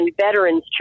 veterans